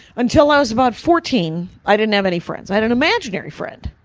until i was about fourteen, i didn't have any friends. i had an imaginary friend.